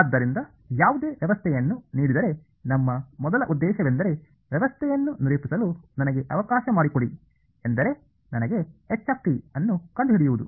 ಆದ್ದರಿಂದ ಯಾವುದೇ ವ್ಯವಸ್ಥೆಯನ್ನು ನೀಡಿದರೆ ನಮ್ಮ ಮೊದಲ ಉದ್ದೇಶವೆಂದರೆ ವ್ಯವಸ್ಥೆಯನ್ನು ನಿರೂಪಿಸಲು ನನಗೆ ಅವಕಾಶ ಮಾಡಿಕೊಡಿ ಎಂದರೆ ನನಗೆ h ಅನ್ನು ಕಂಡು ಹಿಡಿಯುವದು